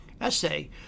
essay